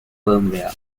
firmware